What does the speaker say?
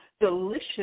delicious